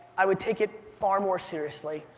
i would take it far more seriously,